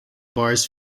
bars